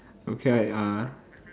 okay I uh